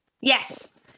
Yes